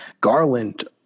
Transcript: Garland